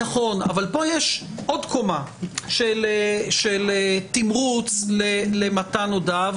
נכון, אבל פה יש עוד קמה של תמרוץ למתן הודאה.